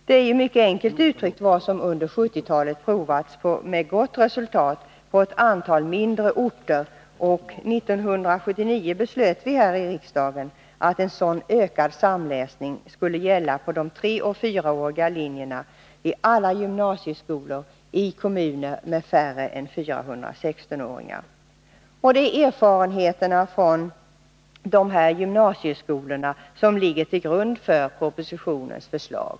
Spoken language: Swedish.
Detta är mycket enkelt uttryckt vad som under 1970-talet provats med gott resultat på ett antal mindre orter, och 1979 beslöt vi här i riksdagen att en sådan ökad samläsning skulle ske på de 3 och 4-åriga linjerna vid alla gymnasieskolor i kommuner med färre än 400 16-åringar. Erfarenheterna från dessa gymnasieskolor ligger till grund för propositionens förslag.